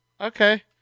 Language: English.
Okay